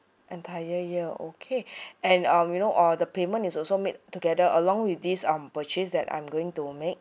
entire year okay and um you know all the payment is also made together along with this um purchase that I'm going to make